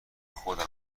خودم